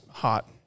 hot